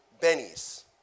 Benny's